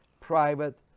private